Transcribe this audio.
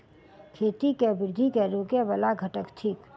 खेती केँ वृद्धि केँ रोकय वला घटक थिक?